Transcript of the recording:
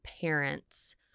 parents